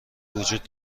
وجود